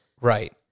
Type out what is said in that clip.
Right